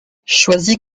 choisi